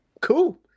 Cool